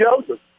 Joseph